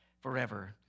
forever